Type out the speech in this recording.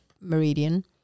meridian